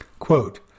Quote